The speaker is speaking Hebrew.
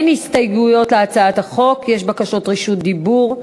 אין הסתייגויות להצעת החוק, יש בקשות לרשות דיבור.